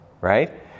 right